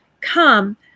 come